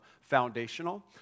foundational